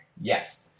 Yes